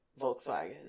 Volkswagen